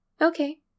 Okay